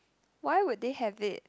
why would they have it